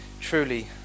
truly